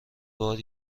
بار